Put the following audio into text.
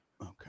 Okay